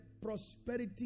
prosperity